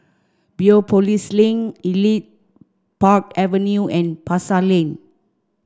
Biopolis Link Elite Park Avenue and Pasar Lane